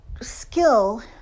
skill